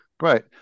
Right